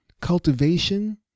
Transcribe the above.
cultivation